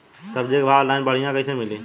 सब्जी के भाव ऑनलाइन बढ़ियां कइसे मिली?